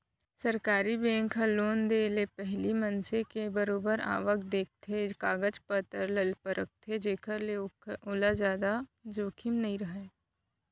सरकारी बेंक ह लोन देय ले पहिली मनसे के बरोबर आवक देखथे, कागज पतर ल परखथे जेखर ले ओला जादा जोखिम नइ राहय